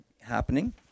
happening